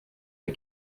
der